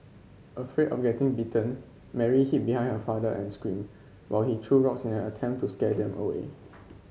afraid of getting bitten Mary hid behind her father and screamed while he threw rocks in an attempt to scare them away